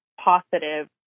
positive